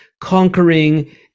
conquering